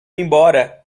embora